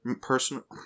Personal